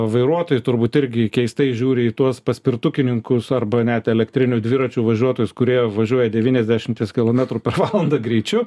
vairuotojai turbūt irgi keistai žiūri į tuos paspirtukininkus arba net elektrinių dviračių važiuotojus kurie važiuoja devyniasdešimties kilometrų per valandą greičiu